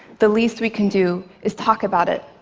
the least we can do is talk about it,